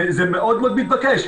זה מאוד מאוד מתבקש.